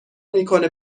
میکنه